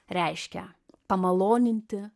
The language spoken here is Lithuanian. reiškia pamaloninti